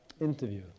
interview